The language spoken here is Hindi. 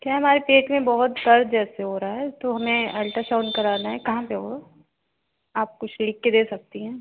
क्या है हमारे पेट में बहुत दर्द जैसे हो रहा है तो हमें अल्ट्रासाउन्ड कराना है कहाँ पर होगा आप कुछ लिखकर दे सकती हैं